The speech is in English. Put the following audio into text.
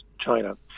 China